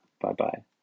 Bye-bye